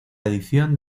adición